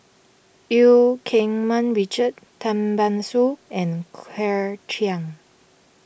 Eu Keng Mun Richard Tan Ban Soon and Claire Chiang